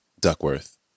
Duckworth